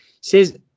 says